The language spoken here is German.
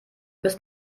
bis